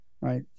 right